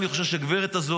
לכן, אני חושב שהגברת הזאת